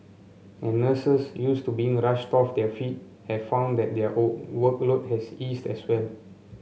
and nurses used to being a rushed off their feet have found that their workload has eased as well